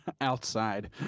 outside